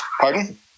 Pardon